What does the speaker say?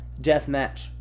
Deathmatch